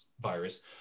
virus